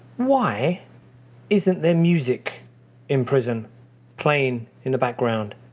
why isn't there music in prison playing in the background?